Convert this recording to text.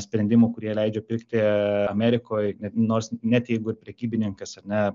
sprendimų kurie leidžia pirkti amerikoj nors net jeigu ir prekybininkas ar ne